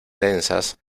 densas